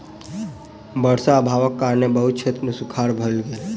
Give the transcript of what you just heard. वर्षा अभावक कारणेँ बहुत क्षेत्र मे सूखाड़ भ गेल